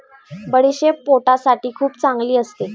बडीशेप पोटासाठी खूप चांगली असते